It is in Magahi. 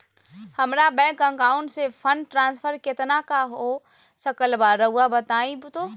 हमरा बैंक अकाउंट से फंड ट्रांसफर कितना का हो सकल बा रुआ बताई तो?